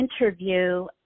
interview